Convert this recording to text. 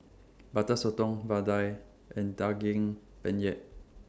Butter Sotong Vadai and Daging Penyet